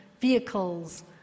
vehicles